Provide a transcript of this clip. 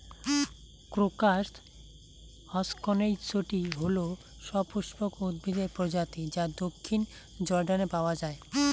crocus হসকনেইচটি হল সপুষ্পক উদ্ভিদের প্রজাতি যা দক্ষিণ জর্ডানে পাওয়া য়ায়